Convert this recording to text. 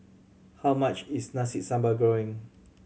how much is Nasi Sambal Goreng